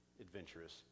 adventurous